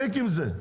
מספיק עם זה.